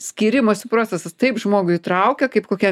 skyrimosi procesas taip žmogų įtraukia kaip kokia